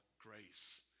grace